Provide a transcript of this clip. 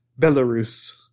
Belarus